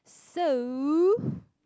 so